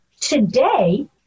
Today